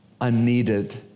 unneeded